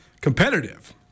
competitive